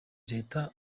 leta